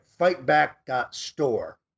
fightback.store